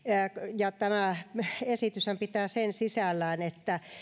ja tämä esityshän pitää sen sisällään että